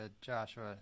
joshua